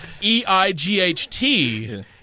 E-I-G-H-T